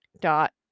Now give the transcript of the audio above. dot